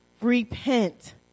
repent